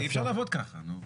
אי אפשר לעבוד ככה, נו.